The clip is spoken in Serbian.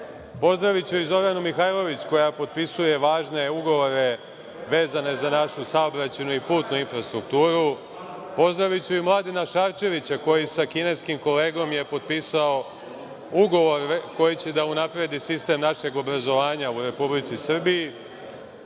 Pozdraviću i Zoranu Mihajlović, koja potpisuje važne ugovore vezano za našu saobraćajnu i putnu infrastrukturu. Pozdraviću i Mladena Šarčevića, koji je sa kineskim kolegom potpisao ugovor koji će da unapredi sistem našeg obrazovanja u Republici Srbiji.